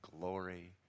glory